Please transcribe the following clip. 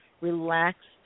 relaxed